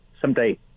someday